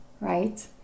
right